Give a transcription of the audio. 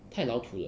太老土了